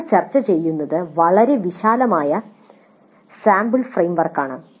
ഞങ്ങൾ ചർച്ച ചെയ്യുന്നത് വളരെ വിശാലമായ സാമ്പിൾ ഫ്രെയിം വർക്കാണ്